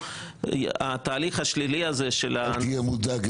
שהתהליך השלילי הזה --- אל תהיה מודאג,